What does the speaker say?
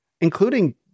including